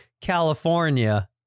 California